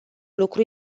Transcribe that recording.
lucru